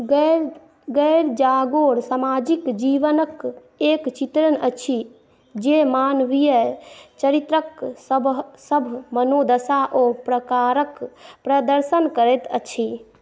गौड़ जागोर सामाजिक जीवनके एक चित्रण अछि जे मानवीय चरित्रक सभ मनोदशा ओ प्रकारक प्रदर्शन करैत अछि